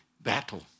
battle